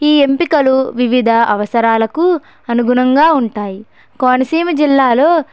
ఈ ఎంపికలు వివిధ అవసరాలకు అనుగుణంగా ఉంటాయి కోనసీమ జిల్లాలో